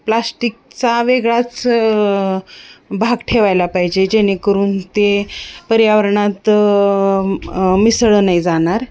प्लास्टिकचा वेगळाच भाग ठेवायला पाहिजे जेणेकरून ते पर्यावरणात मिसळल नाही जाणार